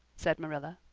said marilla.